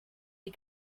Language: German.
die